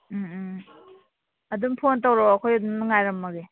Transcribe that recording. ꯎꯝ ꯎꯝ ꯑꯗꯨꯝ ꯐꯣꯟ ꯇꯧꯔꯛꯑꯣ ꯑꯩꯈꯣꯏ ꯑꯗꯨꯝ ꯉꯥꯏꯔꯝꯃꯒꯦ